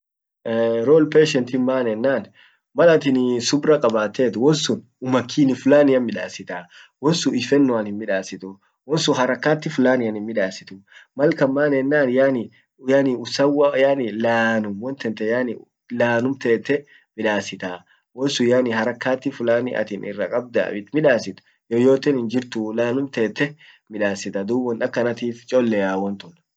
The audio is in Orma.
role patientin maan ennan malati subra kabatet wonsun umakini fulanian midasitaa ,won sun hifenonan himmidassenuu won sun harakati fulanian himmidasituu mal kan maennan yaani usawwa yaani laanum won tente laanum tete midasitaa won sun yaani harakati at irra kabda it middasit yoyoten hinjirtuuu laanum tette midasita dub won akanatif chollea wontun.